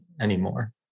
anymore